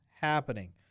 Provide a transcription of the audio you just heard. happening